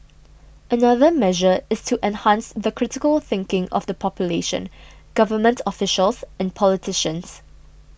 another measure is to enhance the critical thinking of the population government officials and politicians